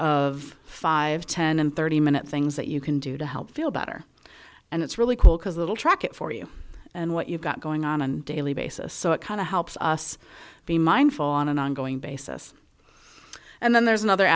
of five ten and thirty minute things that you can do to help feel better and it's really cool because a little track it for you and what you've got going on and daily basis so it kind of helps us be mindful on an ongoing basis and then there's another